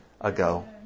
ago